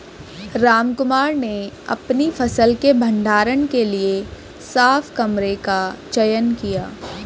रामकुमार ने अपनी फसल के भंडारण के लिए साफ कमरे का चयन किया